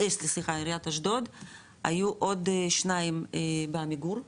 היו עוד שניים בעמיגור,